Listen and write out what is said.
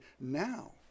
now